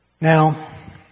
Now